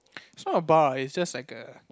it's not a bar it's just like a